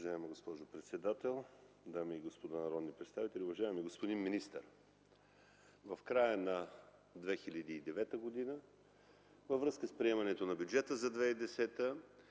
(КБ): Уважаема госпожо председател, дами и господа народни представители! Уважаеми господин министър, в края на 2009 г. във връзка с приемането на бюджета за 2010